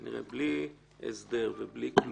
כנראה בלי הסדר ובלי כלום.